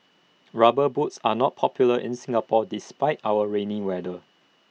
rubber boots are not popular in Singapore despite our rainy weather